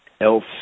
else